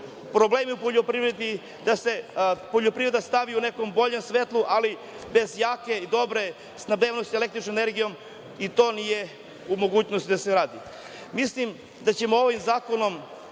problemi u poljporivredi, da se poljoprivreda stavi u nekom boljem svetlu, ali bez jake i dobre snabdevenosti električnom energijom i to nije u mogućnosti da se radi. Mislim da ćemo ovim zakonom